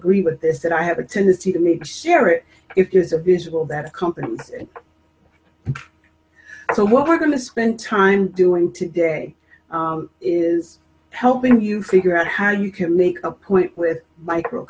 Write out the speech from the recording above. agree with this that i have a tendency to make sure if there's a visual that company and so what we're going to spend time doing today is helping you figure out how you can make a point with micro